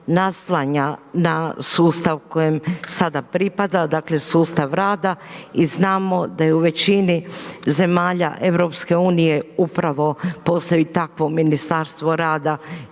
naslanja na sustav kojem sada pripada dakle sustav rada i znamo da je u većini zemalja EU upravo postoji takvo ministarstvo rada